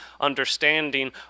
understanding